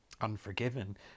Unforgiven